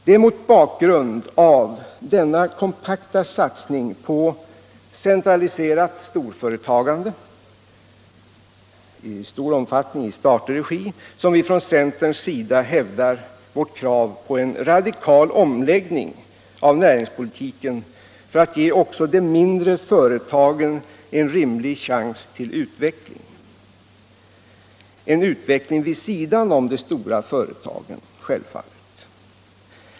Det är mot bakgrund av denna kompakta satsning på centraliserat storföretagande — i stor omfattning i statlig regi — som vi från centerns sida hävdar vårt krav på en radikal omläggning av näringspolitiken för att ge också de mindre företagen en rimlig chans till utveckling, givetvis vid sidan om de stora företagen.